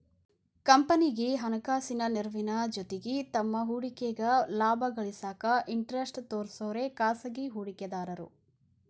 ಕಂಪನಿಗಿ ಹಣಕಾಸಿನ ನೆರವಿನ ಜೊತಿಗಿ ತಮ್ಮ್ ಹೂಡಿಕೆಗ ಲಾಭ ಗಳಿಸಾಕ ಇಂಟರೆಸ್ಟ್ ತೋರ್ಸೋರೆ ಖಾಸಗಿ ಹೂಡಿಕೆದಾರು